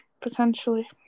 potentially